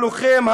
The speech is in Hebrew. הלוחם,